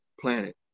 planet